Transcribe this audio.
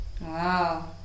Wow